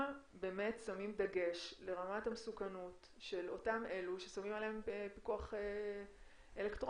באמת שמים דגש לרמת המסוכנות של אותם אלה ששמים עליהם פיקוח אלקטרוני,